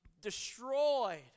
destroyed